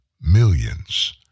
millions